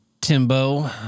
Timbo